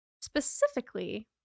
Specifically